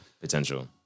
potential